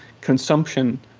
consumption